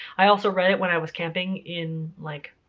i also read it when i was camping in, like,